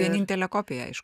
vienintelė kopija aišku